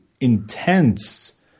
intense